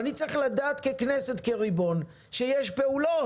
אבל אני צריך לדעת ככנסת, כריבון, שיש פעולות.